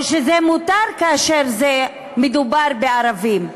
או שזה מותר כאשר מדובר בערבים?